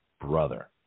brother